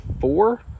four